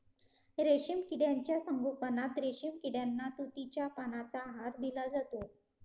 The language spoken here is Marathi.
रेशीम किड्यांच्या संगोपनात रेशीम किड्यांना तुतीच्या पानांचा आहार दिला जातो